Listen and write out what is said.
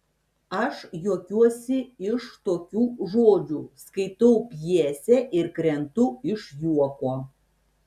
aš juokiuosi iš tokių žodžių skaitau pjesę ir krentu iš juoko